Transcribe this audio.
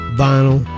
vinyl